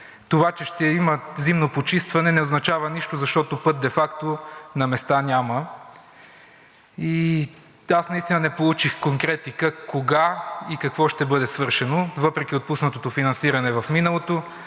Това, че ще има зимно почистване, не означава нищо, защото път де факто на места няма. Аз наистина не получих в конкретика кога и какво ще бъде свършено. Въпреки отпуснатото финансиране в миналото